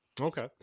Okay